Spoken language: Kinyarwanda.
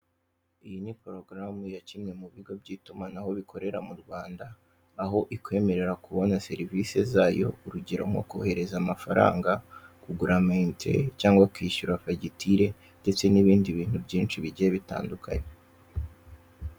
Iyi ni porogaramu ya kimwe mu bigo by'itumanaho bikorera mu Rwanda; aho ikwemerera kubona serivise zayo ;urugero nko kohereza amafaranga, kugura ama inite cyangwa ukishyura fagitire ndetse n'ibindi bintu byinshi bigiye bitandukanye.